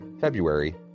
February